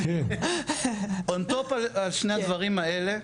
בנוסף לשני הדברים האלה,